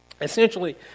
Essentially